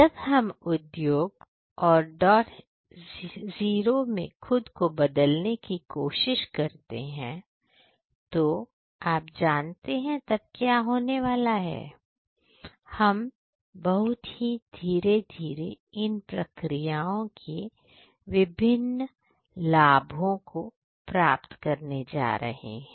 जब हम उद्योग और डॉट हीरो में खुद को बदलने की कोशिश करेंगे तो आप जानते हैं तब क्या होने वाला है हम बहुत ही धीरे धीरे इन प्रक्रियाओं के विभिन्न लाभों को प्राप्त करने जा रहे हैं